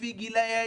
לפי גילאי הילדים,